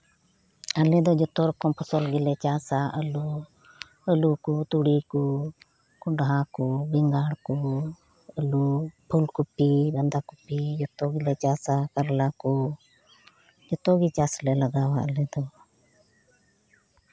ᱟᱞᱮ ᱫᱚ ᱡᱚᱛᱚ ᱨᱚᱠᱚᱢ ᱯᱷᱚᱥᱚᱞ ᱜᱮᱞᱮ ᱪᱟᱥᱼᱟ ᱟᱞᱩ ᱠᱚ ᱛᱩᱲᱤ ᱠᱚ ᱠᱚᱱᱰᱷᱟ ᱠᱚ ᱵᱮᱸᱜᱟᱲ ᱠᱚ ᱟᱞᱩ ᱯᱷᱩᱞ ᱠᱚᱯᱤ ᱵᱟᱸᱫᱷᱟ ᱠᱚᱯᱤ ᱡᱚᱛᱚ ᱜᱮᱞᱮ ᱪᱟᱥᱼᱟ ᱠᱟᱨᱞᱟ ᱠᱚ ᱡᱚᱛᱚ ᱜᱮ ᱪᱟᱥ ᱞᱮ ᱞᱟᱜᱟᱣᱟ ᱟᱞᱮ ᱫᱚ